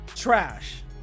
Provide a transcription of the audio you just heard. Trash